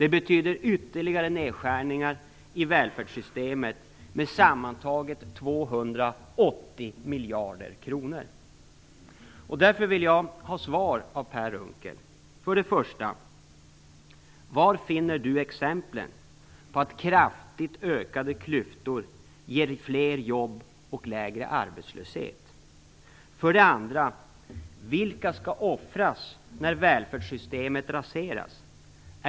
Det betyder ytterligare nedskärningar i välfärdssystemet med sammantaget 280 miljarder kronor. Därför vill jag ha svar av Per Unckel. För det första: Var finner Per Unckel exemplen på att kraftigt ökade klyftor i samhället ger fler jobb och lägre arbetslöshet? För det andra: Vilka skall offras när välfärdssystemet raseras?